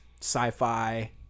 sci-fi